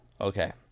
Okay